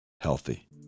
healthy